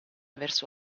verso